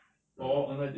mm